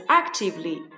actively